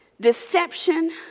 deception